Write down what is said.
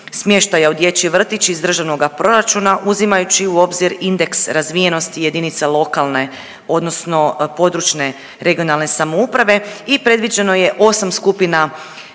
smještaja u dječji vrtić iz državnoga proračuna, uzimajući u obzir indeks razvijenosti jedinica lokalne odnosno područne (regionalne) samouprave i predviđeno je 8 skupina